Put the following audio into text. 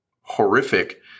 horrific